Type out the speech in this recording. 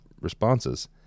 responses